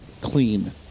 clean